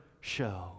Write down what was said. show